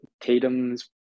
Tatum's